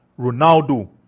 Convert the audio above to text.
Ronaldo